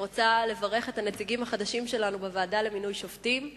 אני רוצה לברך את הנציגים החדשים שלנו בוועדה למינוי שופטים.